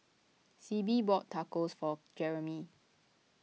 Sibbie bought Tacos for Jeremy